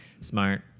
Smart